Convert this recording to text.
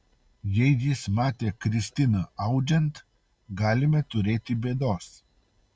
jei jis matė kristiną audžiant galime turėti bėdos